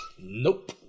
nope